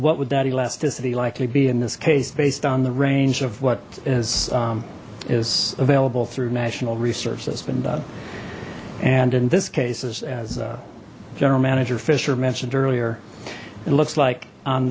what would that elasticity likely be in this case based on the range of what is is available through national research that's been done and in this case is as general manager fisher mentioned earlier it looks like on